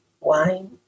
wine